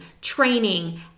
training